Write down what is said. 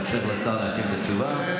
נאפשר לשר להשלים את התשובה.